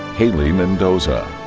hayli mendoza.